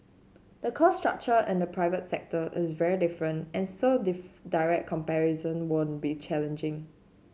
the cost structure in the private sector is very different and so direct comparisons would be challenging